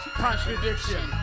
contradiction